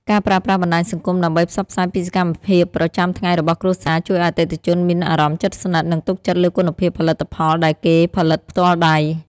ការប្រើប្រាស់បណ្ដាញសង្គមដើម្បីផ្សព្វផ្សាយពីសកម្មភាពប្រចាំថ្ងៃរបស់គ្រួសារ ជួយឱ្យអតិថិជនមានអារម្មណ៍ជិតស្និទ្ធ និងទុកចិត្តលើគុណភាពផលិតផលដែលគេផលិតផ្ទាល់ដៃ។